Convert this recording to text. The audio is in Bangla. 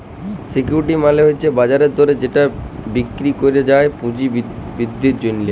সিকিউরিটি মালে হছে বাজার দরে যেট বিক্কিরি ক্যরা যায় পুঁজি বিদ্ধির জ্যনহে